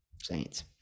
Saints